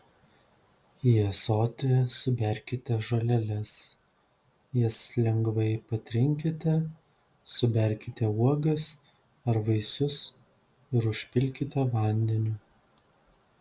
į ąsotį suberkite žoleles jas lengvai patrinkite suberkite uogas ar vaisius ir užpilkite vandeniu